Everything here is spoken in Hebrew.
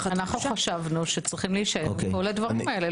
חשבנו שצריכים להישאר כל הדברים הללו.